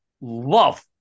Love